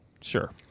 sure